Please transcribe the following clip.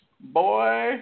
Boy